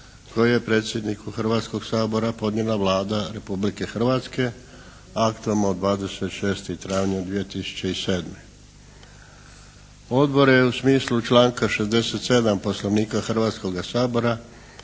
kojeg je predsjedniku Hrvatskog sabora podnijela Vlada Republike Hrvatske aktom od 26. travnja 2007. Odbor je u smislu članka 67. Poslovnika Hrvatskog sabora